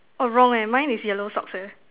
oh wrong eh mine is yellow socks eh